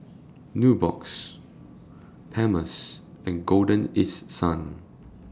Nubox Palmer's and Golden East Sun